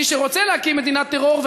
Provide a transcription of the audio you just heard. מי שרוצה להקים מדינת טרור,